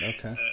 Okay